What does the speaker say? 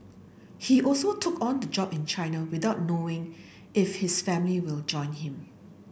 he also took on the job in China without knowing if his family will join him